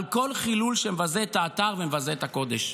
על כל חילול שמבזה את האתר ומבזה את הקודש.